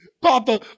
Papa